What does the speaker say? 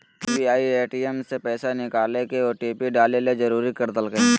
SBI ATM से पैसा निकलैय लगी ओटिपी डाले ले जरुरी कर देल कय हें